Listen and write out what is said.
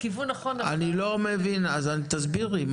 אני לא הבאתי לקהילת טורונטו.